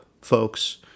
folks